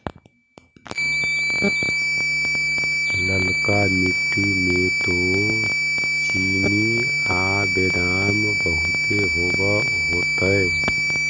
ललका मिट्टी मे तो चिनिआबेदमां बहुते होब होतय?